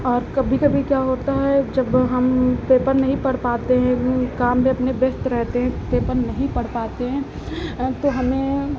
और कभी कभी क्या होता है जब हम पेपर नहीं पढ़ पाते हैं काम में अपने व्यस्त रहते हैं तो पेपर नहीं पढ़ पाते हैं तो हमें